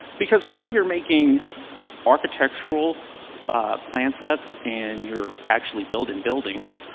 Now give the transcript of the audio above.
because whether you're making architectural plan sets and your actually building buildings,